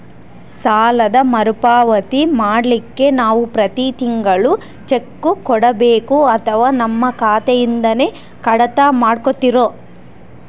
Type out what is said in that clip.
ಸಾಲದ ಮರುಪಾವತಿ ಮಾಡ್ಲಿಕ್ಕೆ ನಾವು ಪ್ರತಿ ತಿಂಗಳು ಚೆಕ್ಕು ಕೊಡಬೇಕೋ ಅಥವಾ ನಮ್ಮ ಖಾತೆಯಿಂದನೆ ಕಡಿತ ಮಾಡ್ಕೊತಿರೋ?